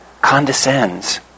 condescends